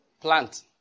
Plant